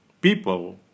people